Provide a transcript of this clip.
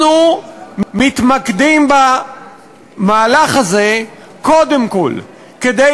אנחנו מתמקדים במהלך הזה קודם כול כדי